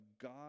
God